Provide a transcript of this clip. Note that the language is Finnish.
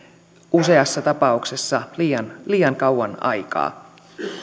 useassa tapauksessa liian liian kauan aikaa